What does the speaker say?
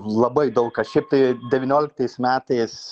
labai daug kas šiaip tai devynioliktais metais